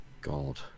God